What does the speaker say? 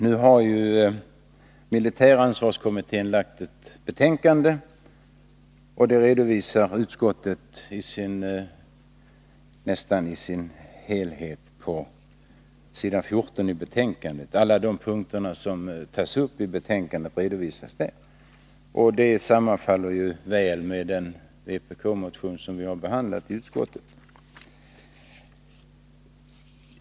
Nu har militäransvarskommittén lagt fram ett betänkande — det redovisar utskottet på s. 14 i utskottsbetänkandet. Alla de punkter som tas upp i kommitténs betänkande sammanfaller väl med den vpk-motion som vi har behandlat i utskottet.